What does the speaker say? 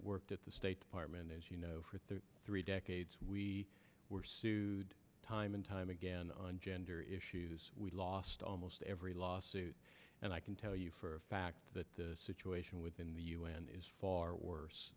worked at the state department as you know for thirty three decades we were sued time and time again on gender issues we lost almost every lawsuit and i can tell you for a fact that the situation within the u n is far worse